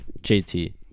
JT